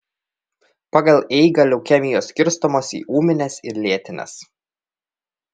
pagal eigą leukemijos skirstomos į ūmines ir lėtines